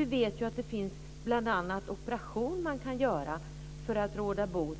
Vi vet att man bl.a. kan operera för att råda bot